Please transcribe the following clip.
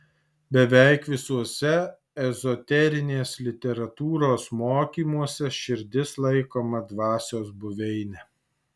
beveik visuose ezoterinės literatūros mokymuose širdis laikoma dvasios buveine